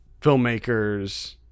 filmmakers